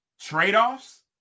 trade-offs